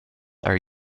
are